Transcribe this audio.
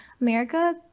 america